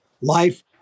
life